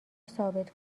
ثابت